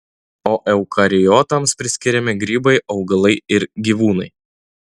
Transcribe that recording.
o eukariotams priskiriami grybai augalai ir gyvūnai